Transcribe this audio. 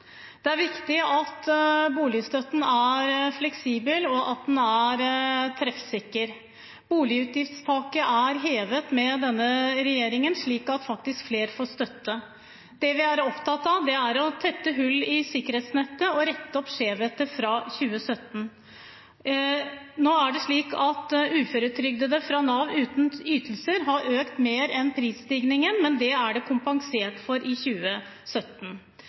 Det er viktig at boligstøtten er fleksibel, og at den er treffsikker. Boligutgiftstaket er hevet med denne regjeringen, slik at flere faktisk får støtte. Det vi er opptatt av, er å tette hull i sikkerhetsnettet og rette opp skjevheter fra 2017. Nå er det slik at uføretrygden fra Nav, uten ytelser, har økt mer enn prisstigningen, men det er det kompensert for i 2017.